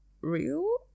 real